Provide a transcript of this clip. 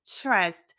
trust